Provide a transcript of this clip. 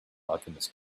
alchemist